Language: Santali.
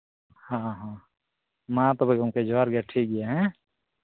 ᱦᱚᱸ ᱦᱚᱸ ᱢᱟ ᱛᱚᱵᱮ ᱜᱚᱝᱠᱮ ᱡᱚᱸᱦᱟᱨ ᱜᱮ ᱴᱷᱤᱠᱜᱮᱭᱟ ᱦᱮᱸ